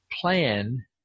plan